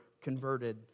converted